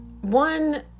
one